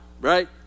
right